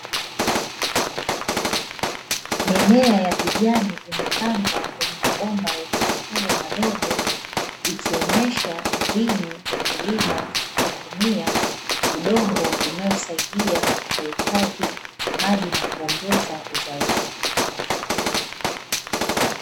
Mimea ya kijani imepandwa kwenye mabomba yenye matundu madogo, ikonyesha mbinu ya kilimo kisichotumia udongo, inayosaidia kuhifadhi maji na kuongeza uzalishaji.